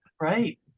Right